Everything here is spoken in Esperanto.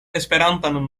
esperantan